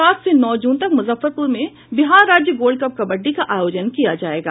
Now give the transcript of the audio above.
सात से नौ जून तक मुजफ्फरपुर में बिहार राज्य गोल्ड कप कबड्डी का आयोजन किया जायेगा